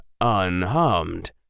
unharmed